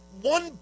One